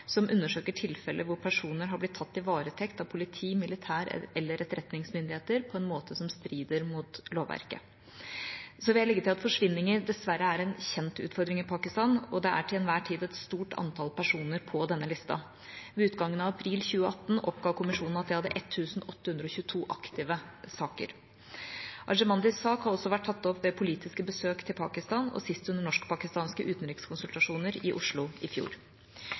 som undersøker tilfeller hvor personer har blitt tatt i varetekt av politi-, militær- eller etterretningsmyndigheter på en måte som strider mot lovverket. Så vil jeg legge til at forsvinninger dessverre er en kjent utfordring i Pakistan, og det er til enhver tid et stort antall personer på denne listen. Ved utgangen av april 2018 oppga kommisjonen at de hadde 1 822 aktive saker. Arjemandis sak har også vært tatt opp ved politiske besøk til Pakistan og sist under norsk-pakistanske utenrikskonsultasjoner i Oslo i fjor.